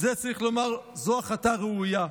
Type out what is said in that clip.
על זה צריך לומר: זו החלטה ראויה,